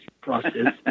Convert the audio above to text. process